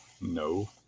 No